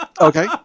Okay